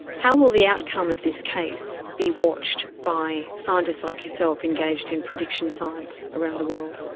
how will the outcome of this case be watched by scientists like yourself engaged in prediction science around the world?